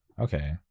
Okay